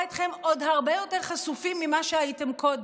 אתכם הרבה יותר חשופים ממה שהייתם קודם.